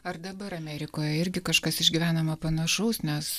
ar dabar amerikoje irgi kažkas išgyvenama panašaus nes